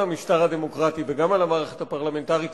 המשטר הדמוקרטי וגם על המערכת הפרלמנטרית,